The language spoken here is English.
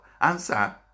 answer